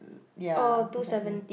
ya exactly